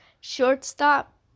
shortstop